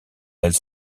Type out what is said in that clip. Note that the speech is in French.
elle